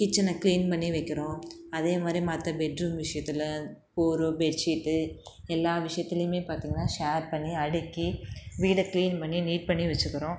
கிச்சனை க்ளீன் பண்ணி வைக்கிறோம் அதேமாதிரி மற்ற பெட்ரூம் விஷயத்துல போர்வை பெட்ஷிட்டு எல்லா விஷயத்திலியுமே பார்த்திங்கனா ஷேர் பண்ணி அடுக்கி வீடை க்ளீன் பண்ணி நீட் பண்ணி வச்சிக்குறோம்